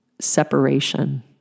separation